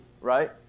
right